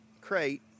crate